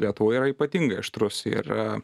lietuvoj yra ypatingai aštrus ir